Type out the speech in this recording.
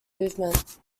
movement